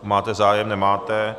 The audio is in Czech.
Máte zájem, nemáte.